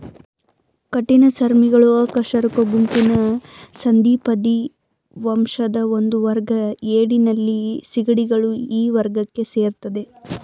ಕಠಿಣಚರ್ಮಿಗಳು ಅಕಶೇರುಕ ಗುಂಪಿನ ಸಂಧಿಪದಿ ವಂಶದ ಒಂದುವರ್ಗ ಏಡಿ ನಳ್ಳಿ ಸೀಗಡಿಗಳು ಈ ವರ್ಗಕ್ಕೆ ಸೇರ್ತದೆ